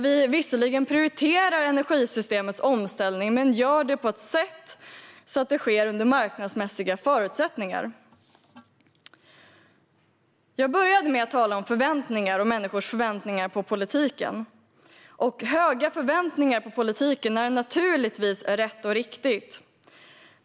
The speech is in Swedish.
Vi prioriterar visserligen energisystemets omställning, men vi gör det på ett sätt så att det sker under marknadsmässiga förutsättningar. Jag började med att tala om förväntningar och människors förväntningar på politiken. Höga förväntningar på politiken är naturligtvis rätt och riktigt.